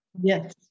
Yes